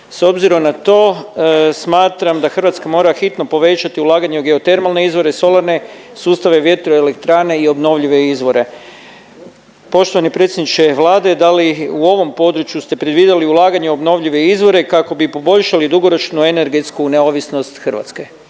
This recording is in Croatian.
S obzirom na to smatram da Hrvatska mora hitno povećati ulaganje u geotermalne izvore, solarne sustave vjetroelektrane i obnovljive izvore. Poštovani predsjedniče Vlade da li i u ovom području ste predvidjeli ulaganje u obnovljive izvore kako bi poboljšali dugoročnu energetsku neovisnost Hrvatske,